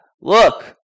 look